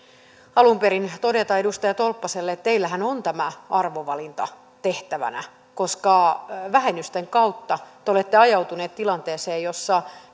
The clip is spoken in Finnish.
alun perin todeta edustaja tolppaselle että teillähän on tämä arvovalinta tehtävänä koska vähennysten kautta te olette ajautuneet tilanteeseen jossa